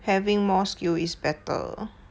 having more skill is better